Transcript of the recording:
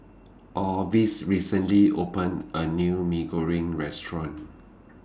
Orvis recently opened A New Mee Goreng Restaurant